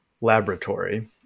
Laboratory